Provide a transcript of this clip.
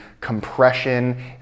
compression